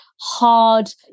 Hard